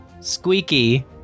Squeaky